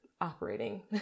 operating